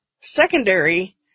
secondary